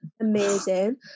amazing